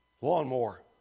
lawnmower